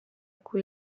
cui